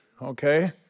okay